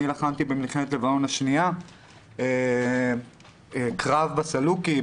אני לחמתי במלחמת לבנון השנייה בקרב בסלוקי.